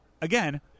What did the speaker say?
again